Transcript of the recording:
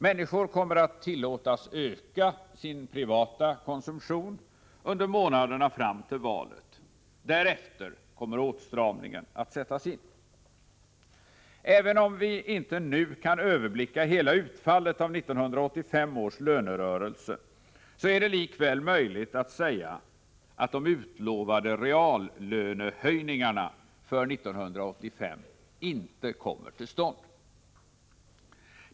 Människorna kommer att tillåtas öka sin privata konsumtion under månaderna fram till valet; därefter kommer åtstramningen att sättas Även om vi inte nu kan överblicka hela utfallet av 1985 års lönerörelse, är det likväl nu möjligt att säga att de utlovade reallönehöjningarna för 1985 inte kommer till stånd.